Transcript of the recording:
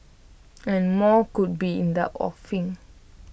and more could be in the offing